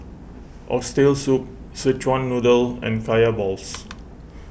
Oxtail Soup Szechuan Noodle and Kaya Balls